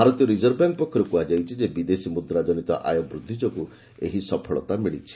ଭାରତୀୟ reserve bank ପକ୍ଷରୁ କୁହାଯାଇଛି ଯେ ବିଦେଶୀ ମୁଦ୍ରା ଜନିତ ଆୟ ବୃଦ୍ଧି ଯୋଗୁଁ ଏହି ସଫଳତା ମିଳିଛି